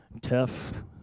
tough